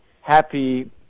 happy